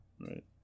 right